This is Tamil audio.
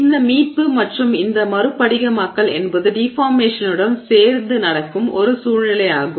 இந்த மீட்பு மற்றும் இயக்க மறுபடிகமாக்கல் என்பது டிஃபார்மேஷனுடன் சேர்ந்து நடக்கும் ஒரு சூழ்நிலையாகும்